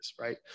right